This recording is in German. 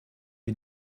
wir